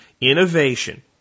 innovation